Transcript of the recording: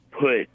put